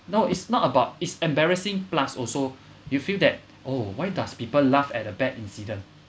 no it's not about it's embarrassing plus also you feel that oh why does people laugh at a bad incident